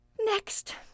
next